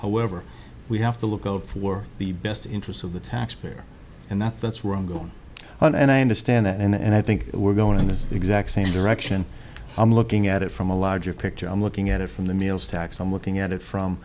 however we have to look out for the best interests of the taxpayer and that's that's where i'm going and i understand that and i think we're going in this exact same direction i'm looking at it from a larger picture i'm looking at it from the meals tax i'm looking at it from